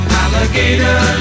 alligator